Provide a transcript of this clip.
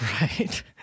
right